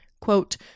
quote